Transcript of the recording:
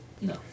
No